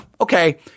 okay